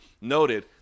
noted